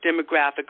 demographic